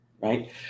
Right